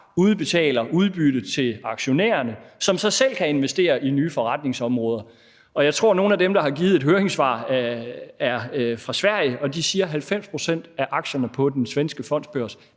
udbetale udbytte til aktionærerne, som så selv kan investere i nye forretningsområder. Jeg tror, at nogle af dem, der har givet et høringssvar, er fra Sverige, og de siger, at 90 pct. af aktierne på den svenske fondsbørs